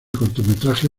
cortometraje